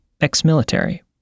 ex-military